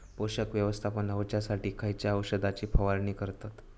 पोषक व्यवस्थापन होऊच्यासाठी खयच्या औषधाची फवारणी करतत?